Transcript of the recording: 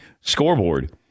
scoreboard